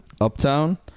uptown